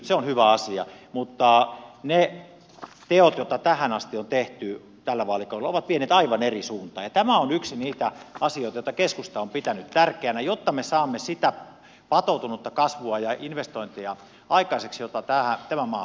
se on hyvä asia mutta ne teot joita tähän asti on tehty tällä vaalikaudella ovat vieneet aivan eri suuntaan ja tämä on yksi niitä asioita joita keskusta on pitänyt tärkeänä jotta me saamme sitä patoutunutta kasvua ja investointeja aikaiseksi joita tämä maa huutaa